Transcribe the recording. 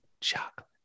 chocolate